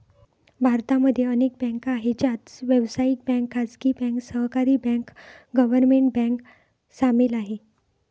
भारत मध्ये अनेक बँका आहे, ज्यात व्यावसायिक बँक, खाजगी बँक, सहकारी बँक, गव्हर्मेंट बँक सामील आहे